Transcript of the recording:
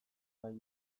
gai